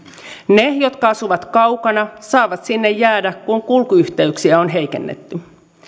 ne jotka asuvat kaukana saavat sinne jäädä kun kulkuyhteyksiä on heikennetty